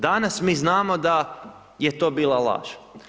Danas mi znamo da je to bila laž.